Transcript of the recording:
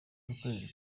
z’ukwezi